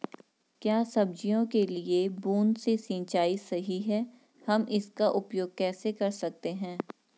क्या सब्जियों के लिए बूँद से सिंचाई सही है हम इसका उपयोग कैसे कर सकते हैं?